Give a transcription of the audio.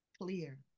clear